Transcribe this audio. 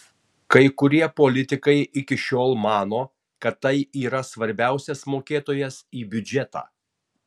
kai kurie politikai iki šiol mano kad tai yra svarbiausias mokėtojas į biudžetą